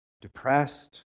depressed